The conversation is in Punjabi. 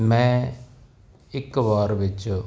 ਮੈਂ ਇੱਕ ਵਾਰ ਵਿੱਚ